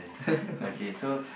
what